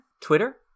Twitter